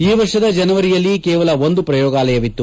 ಈ ವರ್ಷದ ಜನವರಿಯಲ್ಲಿ ಕೇವಲ ಒಂದು ಪ್ರಯೋಗಾಲಯವಿತ್ತು